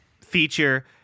feature